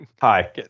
Hi